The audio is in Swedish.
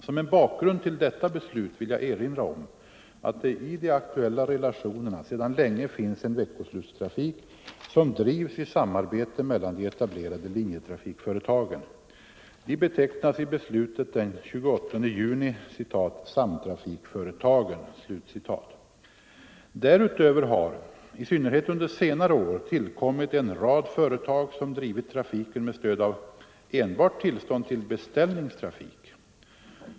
Som en bakgrund till detta beslut vill jag erinra om att det i de aktuella relationerna sedan länge finns en veckoslutstrafik, som drivs i samarbete mellan de etablerade linjetrafikföretagen. De betecknas i beslutet den 28 juni ”samtrafikföretagen”. Därutöver har — i synnerhet under senare år — tillkommit en rad företag som drivit trafiken med stöd av enbart tillstånd till beställningstrafik.